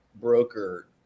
broker